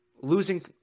Losing